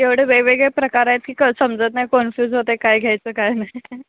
एवढे वेगवेगळे प्रकार आहेत की क समजत नाही कोनफ्यूज होतं काय घ्यायचं काय नाही